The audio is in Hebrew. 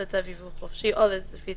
הצעת צו הארכת תקופות (הוראת שעה נגיף